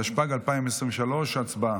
התשפ"ג 2023. הצבעה.